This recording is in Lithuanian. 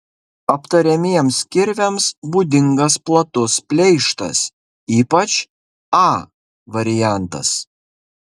aptariamiems kirviams būdingas platus pleištas ypač a variantas